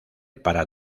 para